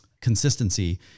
consistency